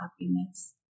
happiness